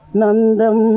nandam